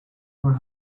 were